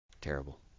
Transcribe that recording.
Terrible